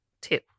Two